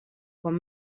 com